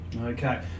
Okay